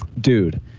dude